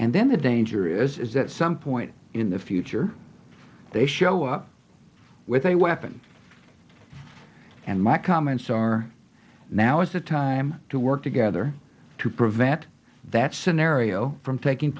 and then the danger is that some point in the future they show up with a weapon and my comments are now is the time to work together to prevent that scenario from taking